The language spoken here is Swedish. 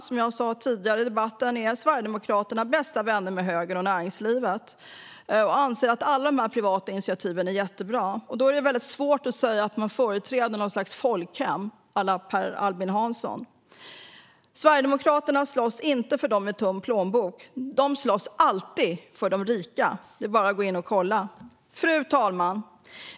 Som jag sa tidigare i debatten är Sverigedemokraterna dessutom bästa vänner med högern och näringslivet. De anser att alla dessa privata initiativ är jättebra. Då är det svårt att säga att man företräder något slags folkhem à la Per Albin Hansson. Sverigedemokraterna slåss inte för dem med tunn plånbok. De slåss alltid för de rika. Det kan man lätt kolla upp. Fru talman!